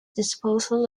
disposal